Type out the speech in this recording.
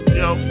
yo